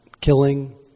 killing